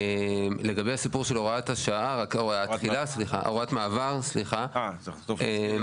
לגבי הסיפור של הוראת מעבר --- הם